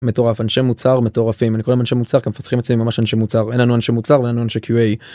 מטורף אנשי מוצר מטורפים אני קורא להם אנשי מוצר כי המפתחים אצלנו הם ממש אנשי מוצר אין לנו אנשי מוצר ואין לנו אנשי qa.